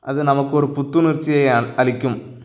அது நமக்கு ஒரு புத்துணர்ச்சியை அ அளிக்கும்